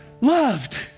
loved